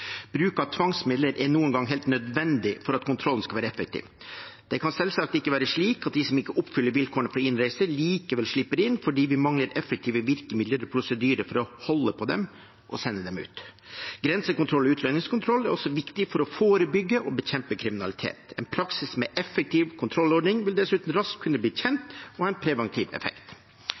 Bruk av tvangsmidler er noen ganger helt nødvendig for at kontrollen skal være effektiv. Det kan selvsagt ikke være slik at de som ikke oppfyller vilkårene for innreise, likevel slipper inn fordi vi mangler effektive virkemidler eller prosedyrer for å holde på dem og sende dem ut. Grensekontroll og utlendingskontroll er også viktig for å forebygge og bekjempe kriminalitet. En praksis med en effektiv kontrollordning vil dessuten raskt kunne bli kjent og ha en preventiv effekt.